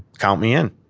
count me in.